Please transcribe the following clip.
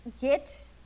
Get